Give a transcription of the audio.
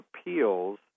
Appeals